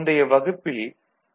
முந்தைய வகுப்பில் டி